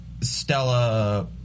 Stella